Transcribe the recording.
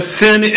sin